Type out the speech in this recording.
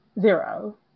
Zero